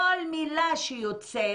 כל מילה שיוצאת